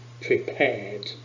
prepared